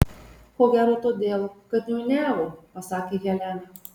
ko gero todėl kad niūniavo pasakė helena